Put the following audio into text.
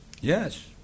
Yes